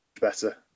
better